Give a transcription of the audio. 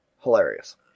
Hilarious